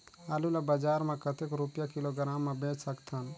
आलू ला बजार मां कतेक रुपिया किलोग्राम म बेच सकथन?